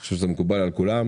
אני חושב שזה מקובל על כולם.